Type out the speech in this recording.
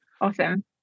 Awesome